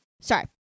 sorry